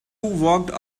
walked